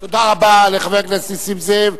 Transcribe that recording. תודה רבה לחבר הכנסת נסים זאב.